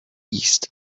east